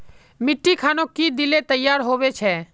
मिट्टी खानोक की दिले तैयार होबे छै?